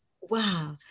wow